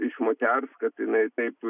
iš moters kad jinai taip